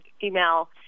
female